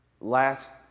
last